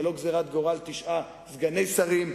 ולא גזירת גורל תשעה סגני שרים,